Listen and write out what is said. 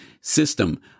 system